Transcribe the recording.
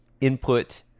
input